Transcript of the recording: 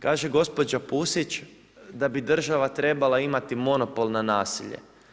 Kaže gospođa Pusić da bi država trebala imati monopol na nasilje.